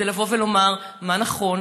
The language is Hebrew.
כדי לבוא ולומר מה נכון,